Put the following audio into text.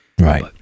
right